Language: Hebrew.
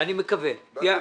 אני מקווה.